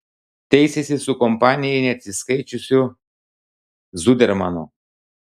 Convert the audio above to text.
teisėsi su kampanijai neatsiskaičiusiu zudermanu